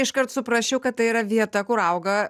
iškart suprasčiau kad tai yra vieta kur auga